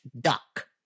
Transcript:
duck